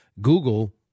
Google